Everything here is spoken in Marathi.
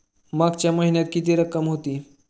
मागच्या महिन्यात किती रक्कम होती?